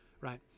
right